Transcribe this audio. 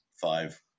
five